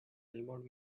elbowed